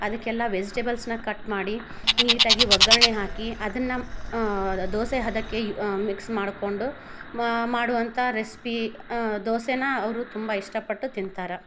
ಅದಕ್ಕೆಲ್ಲ ವೆಜಿಟೇಬಲ್ಸ್ನ ಕಟ್ ಮಾಡಿ ನೀಟಾಗಿ ಒಗ್ಗರಣೆ ಹಾಕಿ ಅದನ್ನು ದೋಸೆ ಹದಕ್ಕೆ ಮಿಕ್ಸ್ ಮಾಡಿಕೊಂಡು ಮಾಡುವಂಥ ರೆಸ್ಪಿ ದೋಸೆನ ಅವರು ತುಂಬ ಇಷ್ಟ ಪಟ್ಟು ತಿಂತಾರೆ